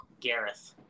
Gareth